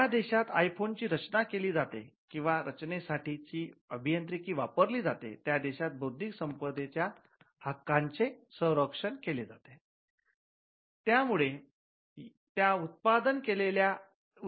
ज्या देशात आयफोन ची रचना केली जाते किंवा रचना साठीची अभियांत्रिकी वापरली जाते त्या देशात बौद्धिक संपदेच्या हक्काचे संरक्षण केले जाते